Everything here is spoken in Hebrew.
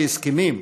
להסכמים,